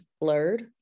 blurred